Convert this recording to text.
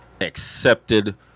accepted